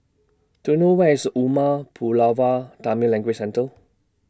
Do YOU know Where IS Umar Pulavar Tamil Language Centre